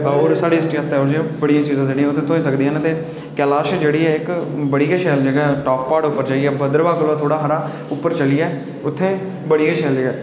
साढ़ी हिस्ट्री दियां बड़ियां चीजां थ्होई सकदियां केलाश जेह्ड़ी ऐ बड़ी शैल जगह् ऐ भद्रवाह् शा उप्पर जाइयै उत्थै बड़ी गै शैल जगह् ऐ